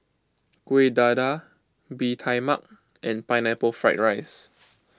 Kuih Dadar Bee Tai Mak and Pineapple Fried Rice